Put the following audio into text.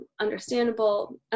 understandable